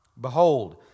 Behold